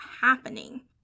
happening